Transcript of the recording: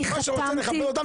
אני רק רוצה להגיד משהו.